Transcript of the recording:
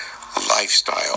lifestyle